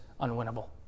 unwinnable